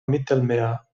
mittelmeer